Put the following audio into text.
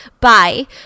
Bye